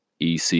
EC